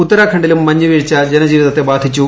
ഉള്തരാഖണ്ഡിലും മഞ്ഞുവീഴ്ച ജനജീവിതത്തെ ബാധിച്ചു